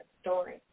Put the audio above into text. story